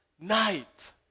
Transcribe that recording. night